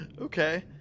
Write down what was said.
Okay